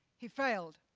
he failed,